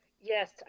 Yes